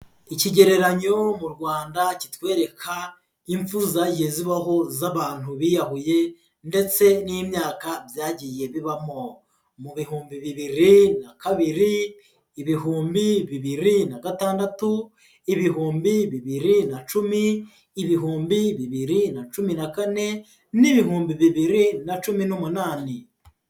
Ikigereranyo mu Rwanda kitwereka impfu zagiye zibaho z'abantu biyahuye ndetse n'imyaka byagiye bibamo. Mu bihumbi bibiri na kabiri, ibihumbi bibiri na gatandatu, ibihumbi bibiri na cumi, ibihumbi bibiri na cumi na kane n'ibihumbi bibiri na cumi n'umunani.